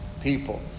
people